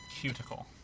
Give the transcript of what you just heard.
cuticle